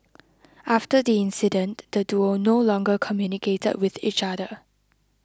after the incident the duo no longer communicated with each other